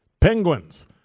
Penguins